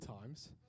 times